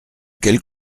quelle